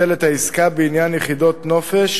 תעזבו אותנו במנוחה, לא רוצים יחידת נופש,